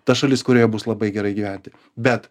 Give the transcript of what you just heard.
ta šalis kurioje bus labai gerai gyventi bet